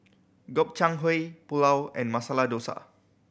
Gobchang Gui Pulao and Masala Dosa